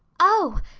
oh,